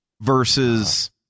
versus